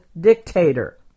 dictator